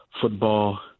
football